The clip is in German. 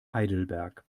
heidelberg